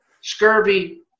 Scurvy